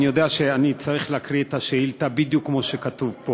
אני מרגיז את יואב קיש, ואני מתנצל על זה.